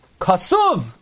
kasuv